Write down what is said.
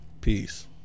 Peace